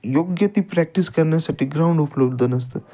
योग्य ती प्रॅक्टिस करण्यासाठी ग्राउंड उपलब्ध नसतं